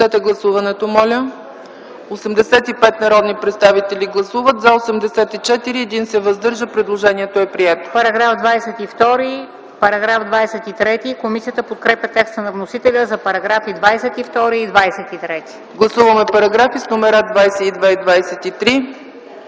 Гласуваме параграфи с номера 22 и 23.